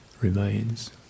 remains